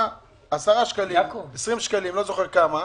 10 שקלים, 20 שקלים, אני לא זוכר כמה.